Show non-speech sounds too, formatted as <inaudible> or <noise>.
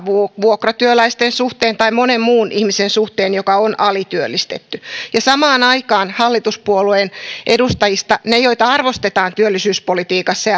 vuokratyöläisten suhteen tai monen muun ihmisen suhteen joka on alityöllistetty ja samaan aikaan hallituspuolueiden edustajista ne joita arvostetaan työllisyyspolitiikassa <unintelligible>